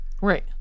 right